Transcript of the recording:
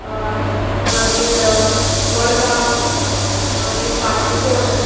मागीर मडगांव मागीर पाजी फोंड